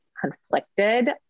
conflicted